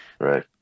Right